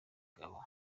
abantu